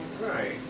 Right